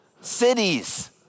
cities